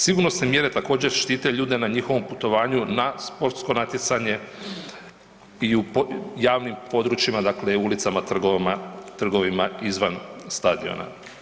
Sigurnosne mjere također, štite ljude na njihovom putovanju na sportsko natjecanje i u javnim područjima, dakle, ulicama, trgovima, izvan stadiona.